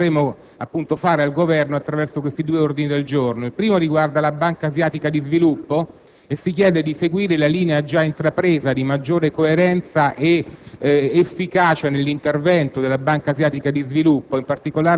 il significato e il contenuto dei due ordini del giorno e dell'emendamento che ho proposto, che sono frutto di un lavoro che abbiamo svolto in Commissione di approfondimento rispetto alle strategie, alle politiche delle istituzioni finanziarie internazionali,